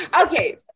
Okay